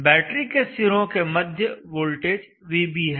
battery के सिरों के मध्य वोल्टेज vb है